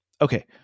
Okay